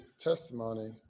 testimony